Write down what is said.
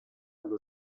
allo